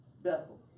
Bethel